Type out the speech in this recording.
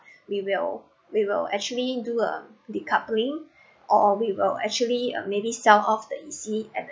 we will we will actually do a decoupling or we'll actually uh maybe sell off the E_C at the